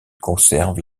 conserve